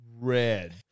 Red